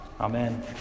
Amen